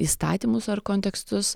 įstatymus ar kontekstus